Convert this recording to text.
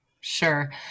Sure